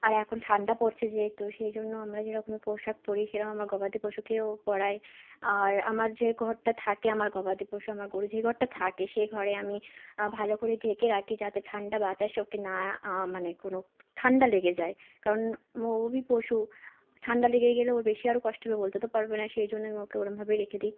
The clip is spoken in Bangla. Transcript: আর এখন ঠান্ডা পড়ছে যেহেতু সেই জন্য আমরা যেরকম পোশাক পরি সেরকম আমার গবাদি পশুকেও পরাই আর আমার যে ঘরটা থাকে আমার গবাদি পশু আমার গরু যেই ঘরটা থাকে সেই ঘরে আমি ভালো করে ঢেকে রাকি যাতে ঠান্ডা বাতাস ওকে না মানে কোনো ঠান্ডা লেগে যায় কারণ ওভি পশু ঠান্ডা লেগে গেলে ওর বেশি আরো কষ্ট হবে বলতে তো পারবে না সেই জন্য আমি ওকে ওরমভাবে রেখে দিই